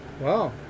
Wow